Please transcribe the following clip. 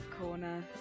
corner